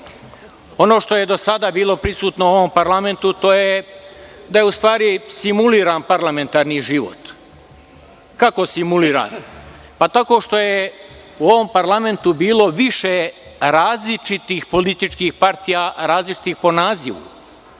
što je do sada bilo prisutno u ovom parlamentu, to je da je u stvari simuliran parlamentarni život. Kako simuliran? Tako što je u ovom parlamentu bilo više različitih političkih partija, različitih po nazivu,